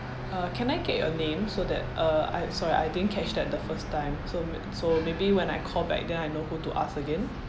uh can I get your name so that uh I sorry I didn't catch that the first time so may so maybe when I call back then I know who to ask again